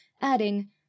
adding